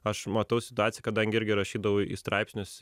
aš matau situaciją kadangi irgi rašydavau į straipsnius